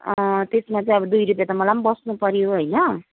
त्यसमा चाहिँ अब दुई रुपियाँ त मलाई पनि बस्नुपऱ्यो होइन